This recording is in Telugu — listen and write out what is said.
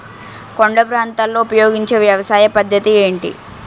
కొండ ప్రాంతాల్లో ఉపయోగించే వ్యవసాయ పద్ధతి ఏంటి?